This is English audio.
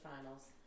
finals